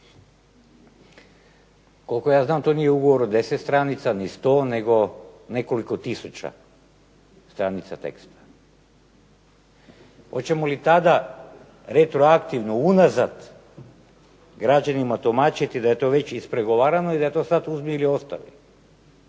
Koliko ja znam to nije ugovor od 10 stranica ni 100 nego nekoliko tisuća stranica teksta. Hoćemo li tada retroaktivno unazad građanima tumačiti da je to već ispregovarano i da je to sad uzmi ili ostavi?